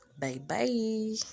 Bye-bye